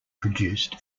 produced